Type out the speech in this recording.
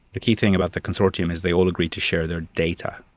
the key thing about the consortium is they all agree to share their data.